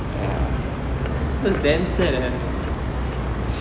it was damn sad eh